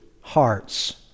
hearts